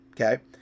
Okay